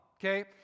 okay